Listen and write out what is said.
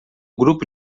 grupo